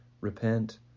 repent